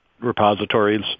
repositories